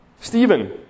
Stephen